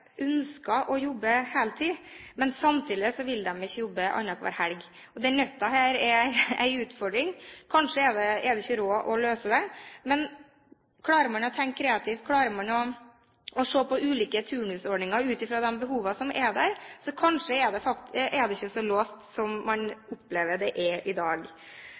ønsker å jobbe heltid, samtidig som de ikke vil jobbe annenhver helg. Denne nøtten er en utfordring. Kanskje er det ikke råd å løse det. Men klarer man å tenke kreativ, klarer man å se på ulike turnusordninger ut fra de behovene som er der, er det kanskje ikke så låst som man opplever at det er i dag.